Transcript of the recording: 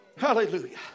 Hallelujah